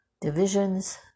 divisions